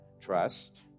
Trust